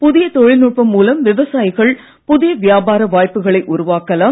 புதிய தொழில்நுட்பம் மூலம் விவசாயிகள் புதிய வியாபார வாய்ப்புக்களை உருவாக்கலாம்